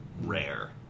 rare